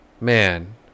man